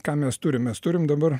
ką mes turim mes turim dabar